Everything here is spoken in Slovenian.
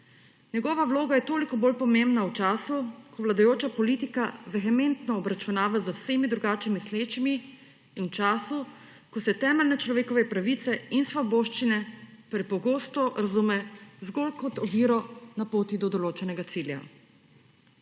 Njegova vloga je toliko bolj pomembna v času, ko vladajoča politika vehementno obračunava z vsemi drugače mislečimi, in v času, ko se temeljne človekove pravice in svoboščine prepogosto razume zgolj kot oviro na poti do določenega cilja.